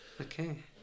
okay